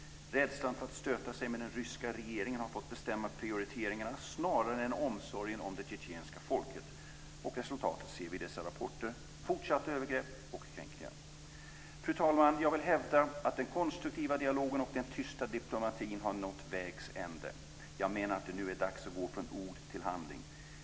Rädslan för att stöta sig med den ryska regeringen har fått bestämma prioriteringarna snarare än omsorgen om det tjetjenska folket. Resultatet ser vi i dessa rapporter - fortsatta övergrepp och kränkningar. Fru talman! Jag vill hävda att den konstruktiva dialogen och den tysta diplomatin har nått vägs ände. Jag menar att det nu är dags att gå från ord till handling.